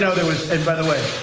and by the way,